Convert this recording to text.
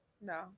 No